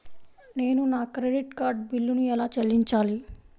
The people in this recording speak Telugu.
నేను నా క్రెడిట్ కార్డ్ బిల్లును ఎలా చెల్లించాలీ?